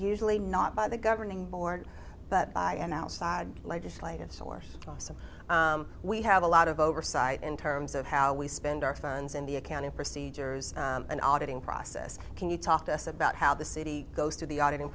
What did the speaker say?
usually not by the governing board but by an outside legislative source also we have a lot of oversight in terms of how we spend our phones in the accounting procedures and auditing process can you talk to us about how the city goes through the auditing